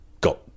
got